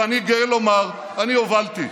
ואני גאה לומר: אני הובלתי,